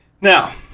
Now